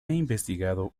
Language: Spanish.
investigado